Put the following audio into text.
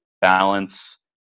balance